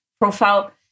profile